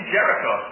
Jericho